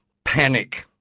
panic!